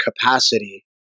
capacity